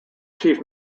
chief